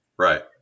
Right